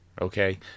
Okay